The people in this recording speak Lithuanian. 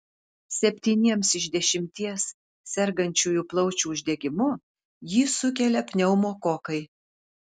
septyniems iš dešimties sergančiųjų plaučių uždegimu jį sukelia pneumokokai